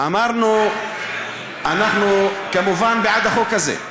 אמרנו שאנחנו כמובן בעד החוק הזה,